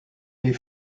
les